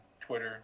Twitter